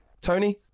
Tony